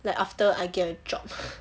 then after I get a job